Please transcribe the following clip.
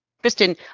Kristen